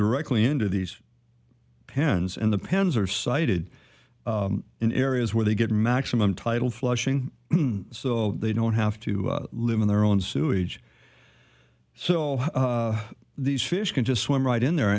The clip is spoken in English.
directly into these pens and the pens are sighted in areas where they get maximum title flushing so they don't have to live in their own sewage so these fish can just swim right in there